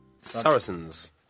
Saracens